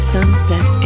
Sunset